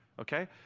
okay